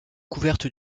couverte